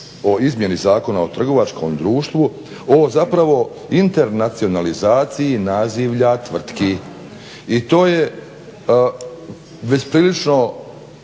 o izmjeni Zakona o trgovačkom društvu o zapravo internacionalizaciju nazivlja tvrtki i to je već prilično